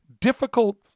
difficult